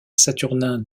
saturnin